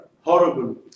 horrible